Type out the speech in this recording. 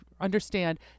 understand